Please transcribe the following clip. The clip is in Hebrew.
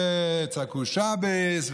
וצעקו שאבעס,